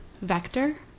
Vector